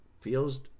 feels